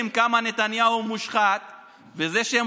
ייקח לכם שנה בכלל להבין מי נגד מי: זה העביר לזה,